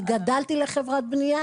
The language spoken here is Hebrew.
אני גדלתי לחברת בנייה,